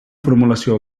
formulació